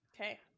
Okay